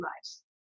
lives